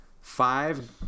five